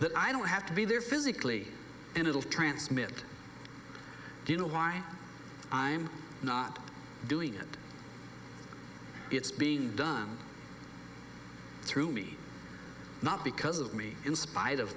that i don't have to be there physically and it'll transmit to know why i'm not doing it it's being done through me not because of me in spite of